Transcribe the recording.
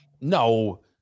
No